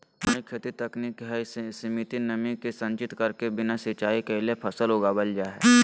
वारानी खेती तकनीक हई, सीमित नमी के संचित करके बिना सिंचाई कैले फसल उगावल जा हई